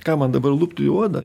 ką man dabar lupti odą